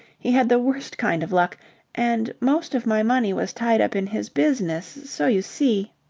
he had the worst kind of luck and most of my money was tied up in his business, so you see.